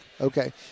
okay